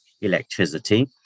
electricity